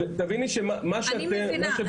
תביני שמה שאתם בעצם --- אני מבינה,